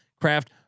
craft